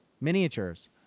miniatures